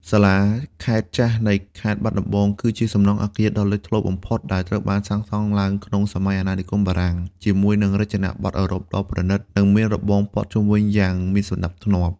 សាលាខេត្តចាស់នៃខេត្តបាត់ដំបង គឺជាសំណង់អគារដ៏លេចធ្លោបំផុត ដែលត្រូវបានសាងសង់ឡើងក្នុងសម័យអាណានិគមបារាំង ជាមួយនឹងរចនាប័ទ្មអឺរ៉ុបដ៏ប្រណីត និងមានរបងព័ទ្ធជុំវិញយ៉ាងមានសណ្តាប់ធ្នាប់។